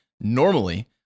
Normally